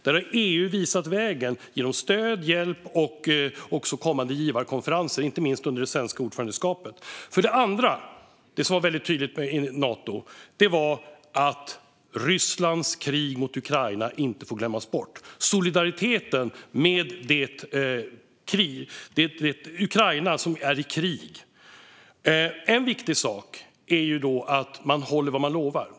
Där har EU visat vägen genom stöd, hjälp och kommande givarkonferenser, inte minst under det svenska ordförandeskapet. Det andra som var väldigt tydligt var att Rysslands krig mot Ukraina och solidariteten med Ukraina inte får glömmas bort. En viktig sak är då att man håller vad man lovar.